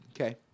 Okay